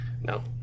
no